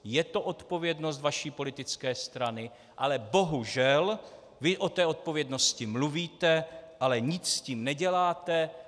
Je to odpovědnost vaší politické strany, ale bohužel, vy o té odpovědnosti mluvíte, ale nic s tím neděláte.